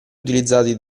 utilizzati